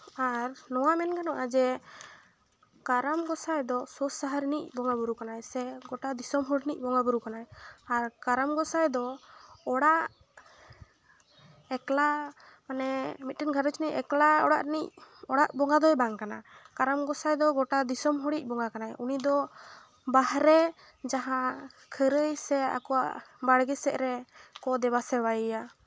ᱟᱨ ᱱᱚᱣᱟ ᱢᱮᱱ ᱜᱟᱱᱚᱜᱼᱟ ᱡᱮ ᱠᱟᱨᱟᱢ ᱜᱚᱸᱥᱟᱭ ᱫᱚ ᱥᱩᱠ ᱥᱟᱦᱟᱨ ᱨᱤᱱᱤᱡ ᱵᱚᱸᱜᱟᱼᱵᱩᱨᱩ ᱠᱟᱱᱟᱭ ᱥᱮ ᱜᱚᱴᱟ ᱫᱤᱥᱚᱢ ᱦᱚᱲ ᱨᱤᱱᱤᱡ ᱵᱚᱸᱜᱟᱼᱵᱩᱨᱩ ᱠᱟᱱᱟᱭ ᱟᱨ ᱠᱟᱨᱟᱢ ᱜᱚᱸᱥᱟᱭ ᱫᱚ ᱚᱲᱟᱜ ᱮᱠᱞᱟ ᱢᱟᱱᱮ ᱢᱤᱫᱴᱤᱱ ᱜᱷᱟᱨᱚᱸᱡᱽ ᱨᱤᱱᱤᱡ ᱮᱠᱞᱟ ᱚᱲᱟᱜ ᱨᱤᱱᱤᱡ ᱚᱲᱟᱜ ᱵᱚᱸᱜᱟ ᱫᱚᱭ ᱵᱟᱝ ᱠᱟᱱᱟ ᱠᱟᱨᱟᱢ ᱜᱚᱸᱥᱟᱭ ᱫᱚ ᱜᱚᱴᱟ ᱫᱤᱥᱚᱢ ᱦᱚᱲᱤᱡ ᱵᱚᱸᱜᱟ ᱠᱟᱱᱟᱭ ᱩᱱᱤ ᱫᱚ ᱵᱟᱦᱨᱮ ᱡᱟᱦᱟᱸ ᱠᱷᱟᱹᱨᱟᱹᱭ ᱥᱮ ᱟᱠᱚᱣᱟᱜ ᱵᱟᱲᱜᱮ ᱥᱮᱫ ᱨᱮᱠᱚ ᱫᱮᱵᱟᱼᱥᱮᱵᱟᱭᱮᱭᱟ